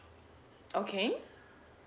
okay